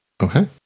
Okay